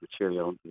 Material